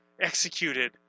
executed